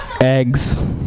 eggs